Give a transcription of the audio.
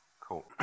Cool